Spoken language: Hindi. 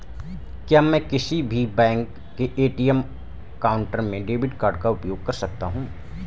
क्या मैं किसी भी बैंक के ए.टी.एम काउंटर में डेबिट कार्ड का उपयोग कर सकता हूं?